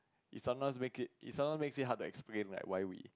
it sometimes make it it sometimes makes it hard to explain like why we